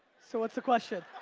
so what's the question?